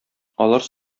алар